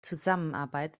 zusammenarbeit